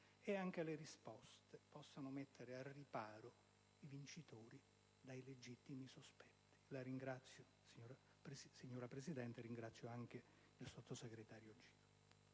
che anche le risposte possano mettere al riparo i vincitori dai legittimi sospetti. La ringrazio, signora Presidente, e ringrazio anche il sottosegretario Giro.